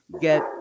get